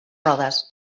rodes